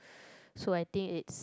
so I think it's